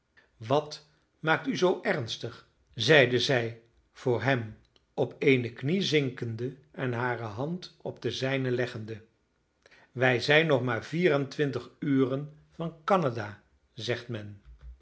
wat maakt u zoo ernstig zeide zij voor hem op eene knie zinkende en hare hand op de zijne leggende wij zijn nog maar vier en twintig uren van canada zegt men